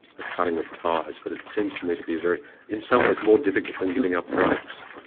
the cutting of ties, but it seems to me to be a very in some ways more difficult than giving up drugs.